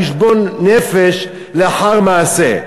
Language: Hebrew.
כל פעם אנחנו עושים את חשבון הנפש לאחר מעשה.